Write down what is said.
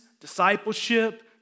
discipleship